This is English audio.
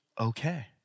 Okay